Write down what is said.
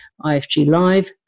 ifglive